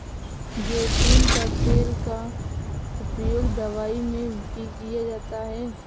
ज़ैतून का तेल का उपयोग दवाई में भी किया जाता है